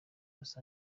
los